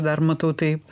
dar matau taip